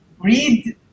read